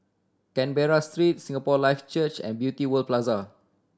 Canberra Street Singapore Life Church and Beauty World Plaza